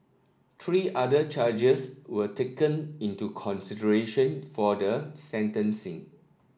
three other charges were taken into consideration for the sentencing